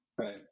right